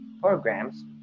programs